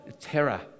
Terror